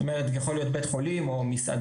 זאת אומרת שזה יכול להיות בית חולים או מסעדה,